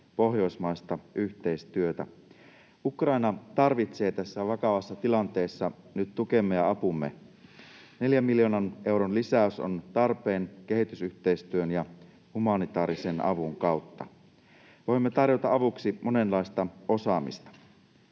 pohjoismaista yhteistyötä. Ukraina tarvitsee tässä vakavassa tilanteessa nyt tukemme ja apumme. Neljän miljoonan euron lisäys on tarpeen kehitysyhteistyön ja humanitaarisen avun kautta. Voimme tarjota avuksi monenlaista osaamista.